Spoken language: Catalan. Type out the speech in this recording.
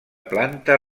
planta